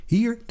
Hier